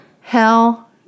Hell